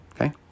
okay